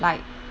like